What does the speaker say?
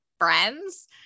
friends